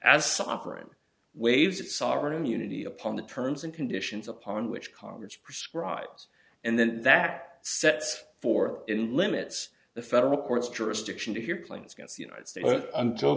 a sovereign waves its sovereign immunity upon the terms and conditions upon which congress prescribes and then that sets for in limits the federal court's jurisdiction to hear planes against the united states until